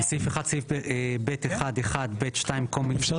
בסעיף 1(ב1)(1)(ב)(2) במקום המילים --- אפשר